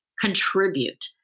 contribute